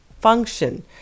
function